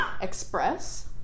express